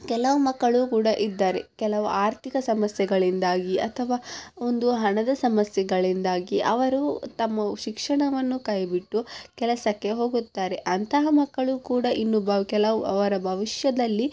ಕೆಲವು ಮಕ್ಕಳೂ ಕೂಡ ಇದ್ದಾರೆ ಕೆಲವು ಆರ್ಥಿಕ ಸಮಸ್ಯೆಗಳಿಂದಾಗಿ ಅಥವಾ ಒಂದು ಹಣದ ಸಮಸ್ಯೆಗಳಿಂದಾಗಿ ಅವರು ತಮ್ಮ ಶಿಕ್ಷಣವನ್ನು ಕೈಬಿಟ್ಟು ಕೆಲಸಕ್ಕೆ ಹೋಗುತ್ತಾರೆ ಅಂತಹ ಮಕ್ಕಳು ಕೂಡ ಇನ್ನು ಬ ಕೆಲವು ಅವರ ಭವಿಷ್ಯದಲ್ಲಿ